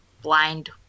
blind